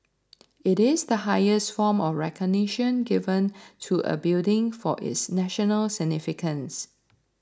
it is the highest form of recognition given to a building for its national significance